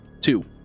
Two